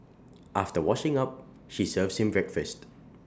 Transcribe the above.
after washing up she serves him breakfast